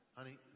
Honey